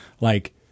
like-